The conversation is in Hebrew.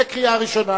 בקריאה ראשונה.